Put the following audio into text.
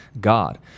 God